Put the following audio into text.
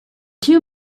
two